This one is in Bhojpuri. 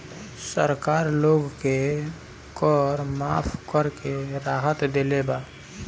सरकार लोग के कर माफ़ करके राहत देले बा